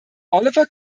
oliver